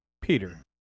peter